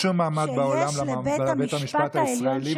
אין שום מעמד בעולם לבית המשפט הישראלי,